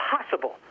impossible